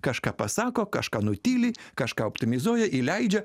kažką pasako kažką nutyli kažką optimizuoja įleidžia